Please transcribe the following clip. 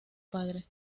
padre